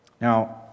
Now